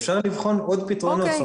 אפשר לבחון עוד פתרונות.